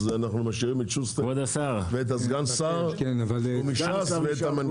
אז אנחנו משאירים את שוסטר ואת סגן השר מש"ס ואת המנכ"ל.